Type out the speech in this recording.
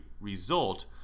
result